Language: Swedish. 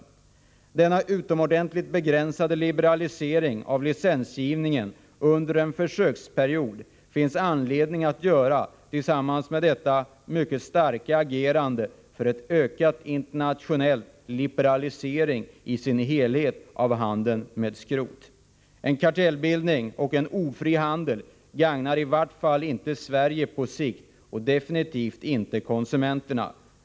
Det finns anledning att ha denna utomordentligt begränsade liberalisering av licensgivningen under en försöksperiod tillsammans med detta mycket starka agerande för internationell liberalisering i sin helhet av handeln med skrot. En kartellbildning och en ofri handel gagnar i alla fall inte Sverige på sikt och definitivt inte konsumenterna.